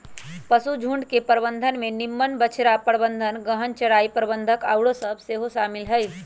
पशुझुण्ड के प्रबंधन में निम्मन बछड़ा प्रबंधन, गहन चराई प्रबन्धन आउरो सभ सेहो शामिल हइ